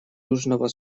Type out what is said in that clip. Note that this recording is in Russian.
южного